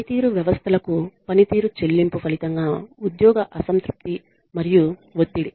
పనితీరు వ్యవస్థలకు పనితీరు చెల్లింపు ఫలితంగా ఉద్యోగ అసంతృప్తి మరియు ఒత్తిడి